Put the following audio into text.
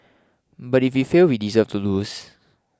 but if we fail we deserve to lose